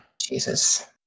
jesus